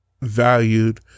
valued